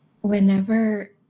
whenever